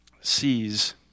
sees